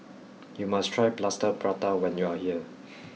you must try Plaster Prata when you are here